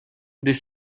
des